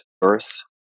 birth